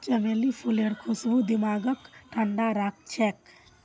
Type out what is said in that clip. चमेली फूलेर खुशबू दिमागक ठंडा राखछेक